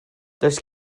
does